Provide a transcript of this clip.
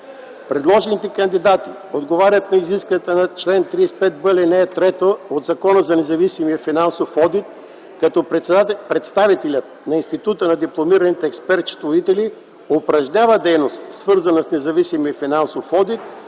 Предложените кандидати отговарят на изискванията на чл. 35в, ал. 3 от Закона за независимия финансов одит като представителят на Института на дипломираните експерт-счетоводители упражнява дейност, свързана с независимия финансов одит,